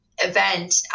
event